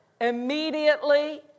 immediately